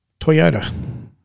Toyota